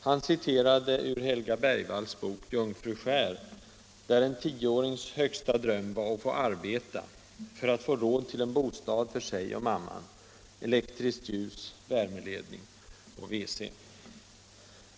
Han citerade ur Helga Bergvalls bok Jungfru skär, där en tioårings högsta dröm var att få arbeta, för att få råd till en bostad för sig och mamman, elektriskt ljus, värmeledning och WC.